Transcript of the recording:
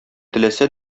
теләсә